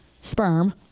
sperm